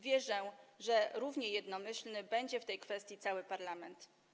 Wierzę, że równie jednomyślny będzie w tej kwestii cały parlament.